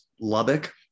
lubbock